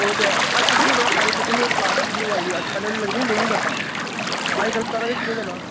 ओह् ते ऐ अज्जकल तुसेंगी पता ते ऐ सारी फिटिंग प्लास्टिक दी होआ दी पैह्लें पैह्लें लगदियां हियां लोहे दियां पाइपां अजकल सारा किश उ'ऐ चला दा